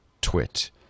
twit